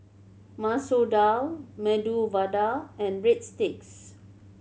Masoor Dal Medu Vada and Breadsticks